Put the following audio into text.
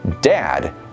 Dad